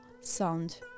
sound